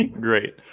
Great